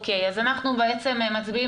אנחנו מצביעים.